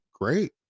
great